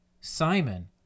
Simon